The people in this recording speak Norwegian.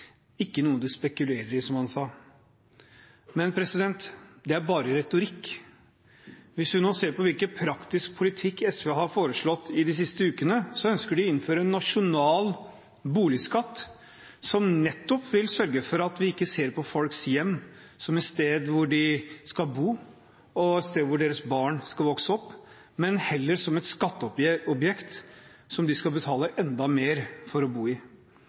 ikke noe man spekulerer i», som han sa. Men det er bare retorikk. Hvis vi ser på hvilken praktisk politikk SV har foreslått i de siste ukene, ser vi at de ønsker å innføre en nasjonal boligskatt som nettopp vil sørge for at vi ikke ser på folks hjem som et sted hvor de skal bo, og et sted hvor deres barn skal vokse opp, men heller som et skatteobjekt som de skal betale enda mer for å bo i.